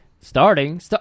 starting